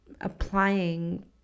applying